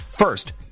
First